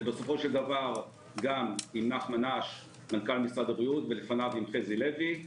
ובסופו של דבר גם עם נחמן אש מנכ"ל משרד הבריאות ולפניו עם חזי לוי,